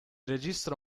registro